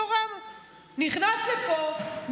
נכנס לפה,